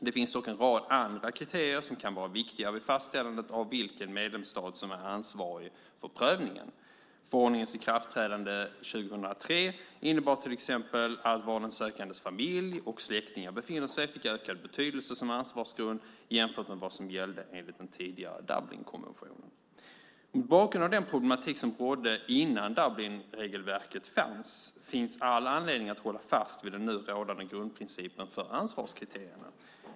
Det finns dock en rad andra kriterier som kan vara viktigare vid fastställandet av vilken medlemsstat som är ansvarig för prövningen. Förordningens ikraftträdande 2003 innebar till exempel att var den sökandens familj och släktingar befinner sig fick ökad betydelse som ansvarsgrund jämfört med vad som gällde enligt den tidigare Dublinkonventionen. Mot bakgrund av den problematik som rådde innan Dublinregelverket fanns finns det all anledning att hålla fast vid den nu rådande grundprincipen för ansvarskriterierna.